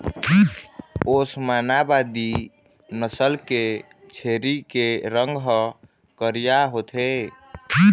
ओस्मानाबादी नसल के छेरी के रंग ह करिया होथे